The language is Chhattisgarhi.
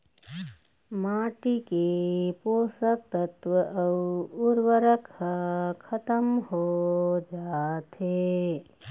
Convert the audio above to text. माटी के पोसक तत्व अउ उरवरक ह खतम हो जाथे